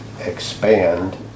expand